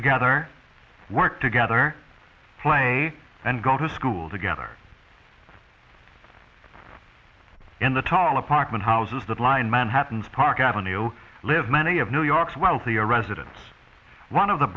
together work together play and go to school together in the tall apartment houses that lie in manhattan's park avenue live many of new york's wealthier residents one of the